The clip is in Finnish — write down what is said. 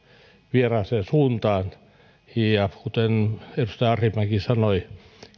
vieraaseen suuntaan kuten edustaja arhinmäki sanoi